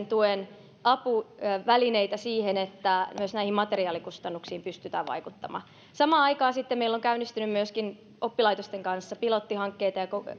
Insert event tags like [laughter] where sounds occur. [unintelligible] tuen apuvälineitä siihen että myös näihin materiaalikustannuksiin pystytään vaikuttamaan samaan aikaan sitten meillä on käynnistynyt myöskin oppilaitosten kanssa pilottihankkeita ja